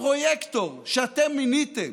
הפרויקטור שאתם מיניתם